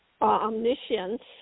omniscience